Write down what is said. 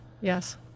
Yes